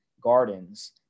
gardens